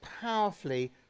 powerfully